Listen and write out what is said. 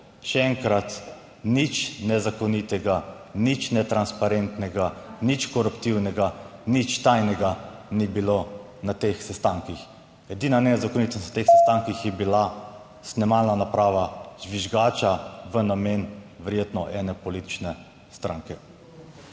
Še enkrat, nič nezakonitega, nič netransparentnega, nič koruptivnega, nič tajnega ni bilo na teh sestankih. Edina nezakonitost na teh sestankih je bila snemalna naprava žvižgača v namen verjetno ene politične stranke.